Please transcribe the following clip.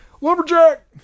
Lumberjack